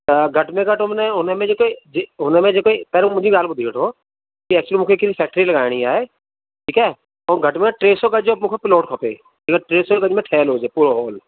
त घटि में घटि हुनमें हुनमें जेके हुमें जेके पहिरों मुंहिंजी ॻाल्हि ॿुधी वठो की एक्चुली मूंखे हिकिड़ी फ़ैक्ट्री लॻाइणी आहे ठीकु आहे ऐं घटि में घटि टे सौ गज जो मूंखे प्लॉट खपे टे सौ गज में ठहियल हुजे पूरो हॉल